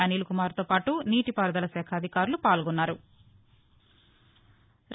అనిల్కుమార్ తో పాటు నీటి పారుదల శాఖ అధికారులు పాల్గొన్నారు